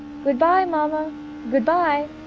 good-by, mamma good-by!